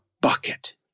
bucket